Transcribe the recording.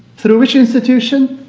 through which institution?